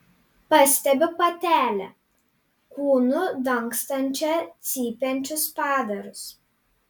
pastebiu patelę kūnu dangstančią cypiančius padarus